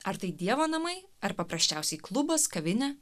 ar tai dievo namai ar paprasčiausiai klubas kavinė